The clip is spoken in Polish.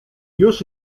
już